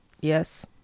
Yes